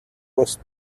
was